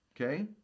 Okay